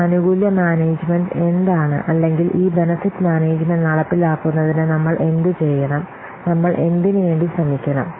ഈ ആനുകൂല്യ മാനേജ്മെന്റ് എന്താണ് അല്ലെങ്കിൽ ഈ ബെനിഫിറ്റ് മാനേജ്മെന്റ് നടപ്പിലാക്കുന്നതിന് നമ്മൾ എന്തുചെയ്യണം നമ്മൾ എന്തിന് വേണ്ടി ശ്രമിക്കണം